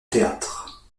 théâtre